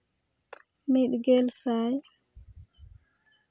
ᱢᱤᱫ ᱜᱮᱞ ᱥᱟᱭ